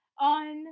on